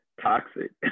toxic